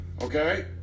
Okay